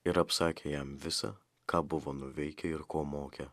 ir apsakė jam visa ką buvo nuveikę ir ko mokę